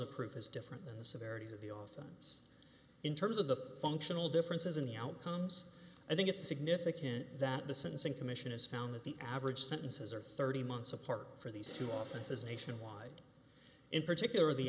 of proof is different than the severity of the all phones in terms of the functional differences in the outcomes i think it's significant that the sentencing commission has found that the average sentences are thirty months apart for these two offices nationwide in particular the